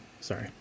sorry